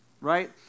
Right